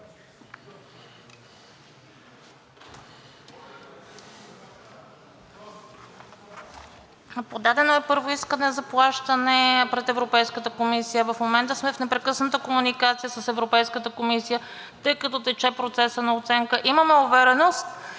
Подадено е първо искане за плащане пред Европейската комисия. В момента сме в непрекъсната комуникация с Европейската комисия, тъй като тече процесът на оценка. Имаме увереност,